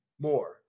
more